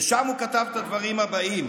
ושם הוא כתב את הדברים הבאים: